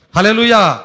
Hallelujah